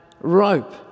rope